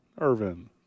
Irvin